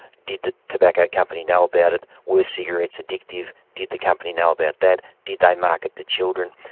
did the tobacco company know about it, were cigarettes addictive, did the company know about that, did they market to children?